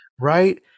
right